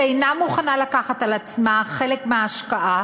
שאינה מוכנה לקחת על עצמה חלק מההשקעה